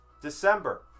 December